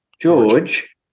George